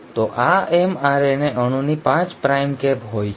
તો આ mRNA અણુની 5 પ્રાઇમ કેપ હોય છે